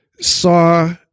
saw